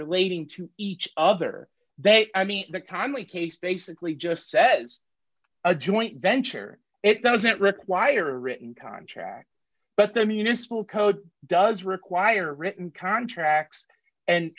relating to each other they i mean the calmly case basically just says a joint venture it doesn't require a written contract but the municipal code does require written contracts and